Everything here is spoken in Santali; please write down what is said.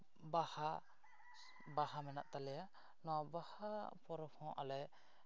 ᱵᱟᱦᱟ ᱵᱟᱦᱟ ᱢᱮᱱᱟᱜ ᱛᱟᱞᱮᱭᱟ ᱱᱚᱣᱟ ᱵᱟᱦᱟ ᱯᱚᱨᱚᱵᱽ ᱦᱚᱸ ᱟᱞᱮ